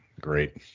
Great